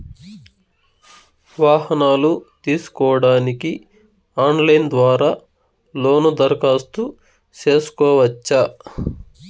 వాహనాలు తీసుకోడానికి ఆన్లైన్ ద్వారా లోను దరఖాస్తు సేసుకోవచ్చా?